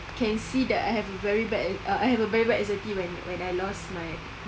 can see that I have a very bad I have a very bad anxiety when when I lost my mum